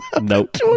Nope